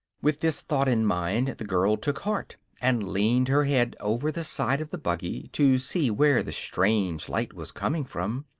with this thought in mind the girl took heart and leaned her head over the side of the buggy to see where the strange light was coming from.